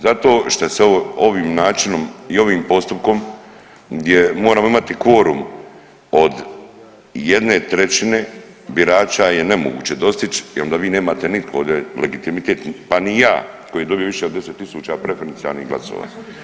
Zato šta se ovim načinom i ovim postupkom gdje moramo imati kvorum od 1/3 birača je nemoguće dostići i onda vi nemate nitko ovde legitimitet pa ni ja koji je dobio više od 10.000 preferencijalnih glasova.